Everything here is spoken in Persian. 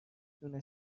دونه